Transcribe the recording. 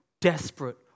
desperate